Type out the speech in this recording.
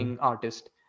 artist